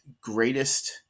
greatest